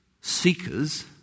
seekers